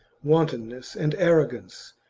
wantonness and arrogance,